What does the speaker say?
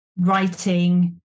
writing